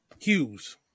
Hughes